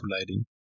lighting